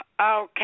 Okay